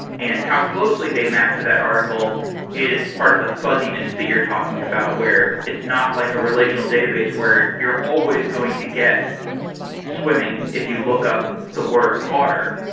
and how closely they map to that article is part of the fuzziness that you're talking about where it's not like a relational database where you're always going to get swimming if you look up the word water,